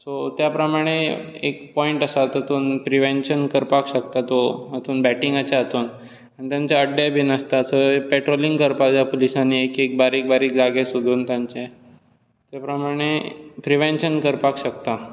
so त्या प्रमाणे एक पोयंट आसा तातूंत प्रिवेन्शन करपाक शकता तूं हातूंत बॅटींगाच्या हातूंत आनी तेंचे अड्डे बीन आसता थंय पेट्रोलिंग करपाक जाय पुलिसांनी एक एक बारीक बारीक जागे सोदून तांचे ते प्रमाणे प्रिवेन्शन करपाक शकता